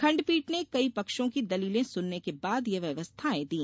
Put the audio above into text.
खंडपीठ ने कई पक्षों की दलीलें सुनने के बाद यह व्यवस्थाए दी